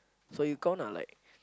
so you count lah like